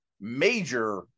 major